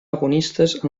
agonistes